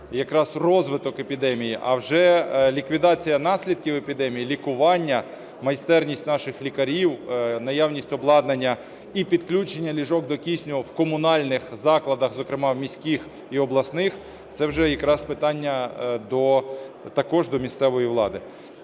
якраз розвиток епідемії. А вже ліквідація наслідків епідемії, лікування, майстерність наших лікарів, наявність обладнання і підключення ліжок до кисню в комунальних закладах, зокрема, в міських і обласник – це вже якраз питання також до місцевої влади.